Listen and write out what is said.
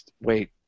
wait